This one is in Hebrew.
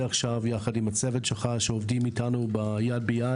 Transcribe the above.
עכשיו יחד עם הצוות שלך שעובדים אתנו יד ביד,